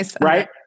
Right